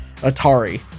Atari